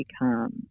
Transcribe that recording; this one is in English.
become